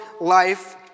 life